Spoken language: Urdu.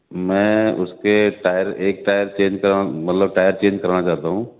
میں اس کے ٹائر ایک ٹائر چینج کرانا مطلب ٹائر چینج کرانا چاہتا ہوں